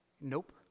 nope